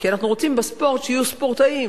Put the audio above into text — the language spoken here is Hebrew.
כי אנחנו רוצים בספורט שיהיו ספורטאים.